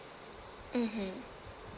mmhmm